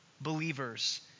believers